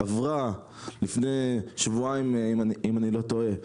למדנו שאתם באמת שיניתם כיוונים ועושים דברים ואני בטוח שבעוד שנה,